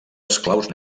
esclaus